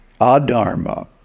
adharma